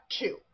two